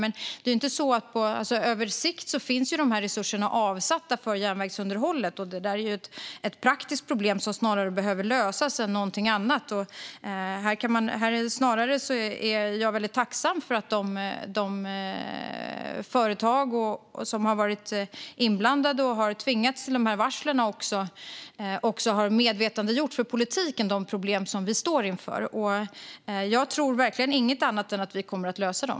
Men på sikt finns resurser avsatta för järnvägsunderhållet. Detta är snarast ett praktiskt problem som behöver lösas, och jag är tacksam för att de företag som varit inblandade och tvingats varsla också har gjort politiken medveten om de problem som vi står inför. Jag tror verkligen inget annat än att vi kommer att lösa dem.